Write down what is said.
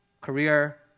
Career